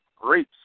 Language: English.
Great